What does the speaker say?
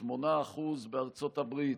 8% בארצות הברית,